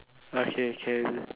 okay K